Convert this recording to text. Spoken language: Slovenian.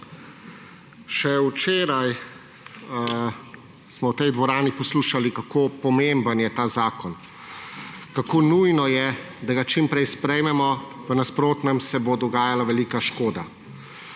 Še včeraj smo v tej dvorani poslušali, kako pomemben je ta zakon, kako nujno je, da ga čim prej sprejmemo, v nasprotnem se bo dogajala velika škoda.